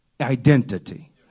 identity